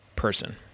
Person